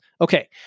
Okay